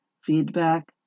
feedback